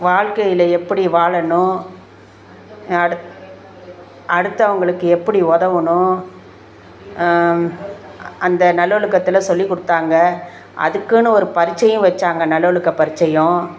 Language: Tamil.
வாழ்க்கைல எப்படி வாழணும் அடுத்த அடுத்தவங்களுக்கு எப்படி உதவுணும் அந்த நல்லொழுக்கத்துல சொல்லி கொடுத்தாங்க அதுக்குன்னு ஒரு பரிட்சையும் வெச்சாங்க நல்லொழுக்க பரிட்சையும்